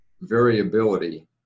variability